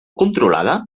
controlada